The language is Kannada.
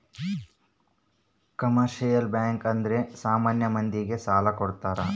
ಕಮರ್ಶಿಯಲ್ ಬ್ಯಾಂಕ್ ಅಂದ್ರೆ ಸಾಮಾನ್ಯ ಮಂದಿ ಗೆ ಸಾಲ ಕೊಡ್ತಾರ